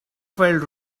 felt